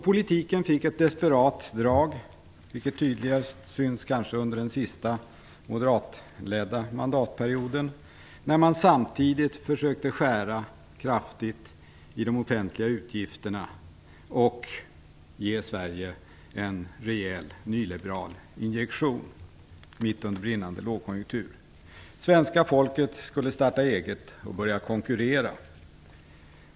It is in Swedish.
Politiken fick ett desperat drag, vilket kanske syns tydligast under den senaste, moderatledda mandatperioden, när man samtidigt försökte skära kraftigt i de offentliga utgifterna och ge Sverige en rejäl nyliberal injektion mitt under brinnande lågkonjunktur. Svenska folket skulle starta eget och börja konkurrera.